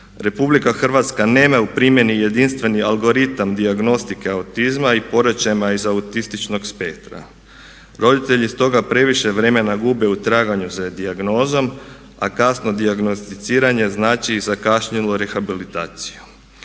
Republika Hrvatska nema u primjeni jedinstveni algoritam dijagnostike autizma i poremećajima iz autističnog spektra. Roditelji stoga previše vremena gube u traganju za dijagnozom, a kasno dijagnosticiranje znači i zakašnjelu rehabilitaciju.